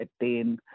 attain